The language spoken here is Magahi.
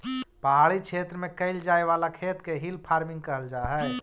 पहाड़ी क्षेत्र में कैइल जाए वाला खेत के हिल फार्मिंग कहल जा हई